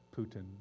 Putin